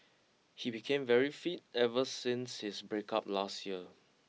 he became very fit ever since his breakup last year